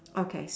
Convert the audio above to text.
okay